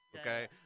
okay